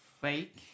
fake